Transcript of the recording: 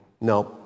no